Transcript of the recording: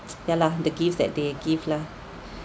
ya lah the gifts that they give lah